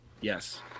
Yes